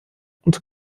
und